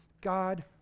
God